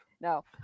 No